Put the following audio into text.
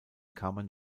kammern